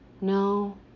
no